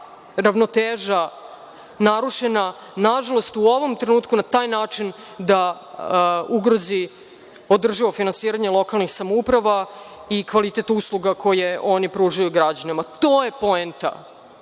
ravnoteža narušena, nažalost, u ovom trenutku, na taj način da ugrozi održivo finansiranje lokalnih samouprava i kvalitet usluga koje oni pružaju građanima. To je poenta